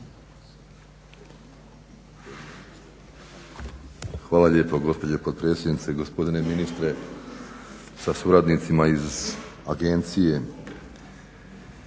Hvala lijepo gospođo potpredsjednice, gospodine ministre sa suradnicima iz agencije.